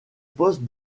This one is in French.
poste